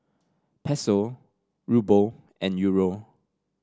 Peso Ruble and Euro